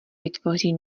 vytvoří